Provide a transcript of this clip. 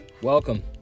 Welcome